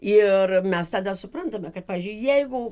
ir mes tada suprantame kad pavyzdžiui jeigu